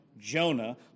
Jonah